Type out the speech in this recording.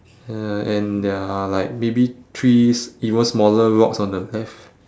uh and there are like maybe trees even smaller rocks on the left